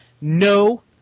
no